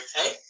Okay